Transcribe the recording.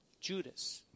Judas